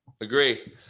Agree